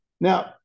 Now